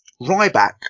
Ryback